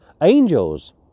angels